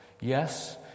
Yes